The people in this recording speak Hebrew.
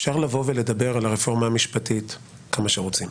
אפשר לבוא ולדבר על הרפורמה המשפטית כמה שרוצים,